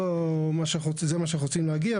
זה מה שאנחנו רוצים להגיע.